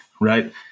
right